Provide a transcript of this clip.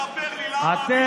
בוא ספר לי למה, עבריין.